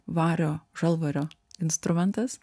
vario žalvario instrumentas